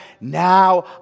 Now